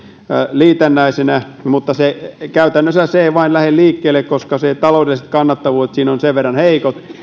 liitännäisenä mutta käytännössä se ei vain lähde liikkeelle koska taloudelliset kannattavuudet ovat siinä sen verran heikot